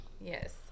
Yes